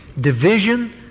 division